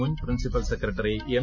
മുൻ principal secretary M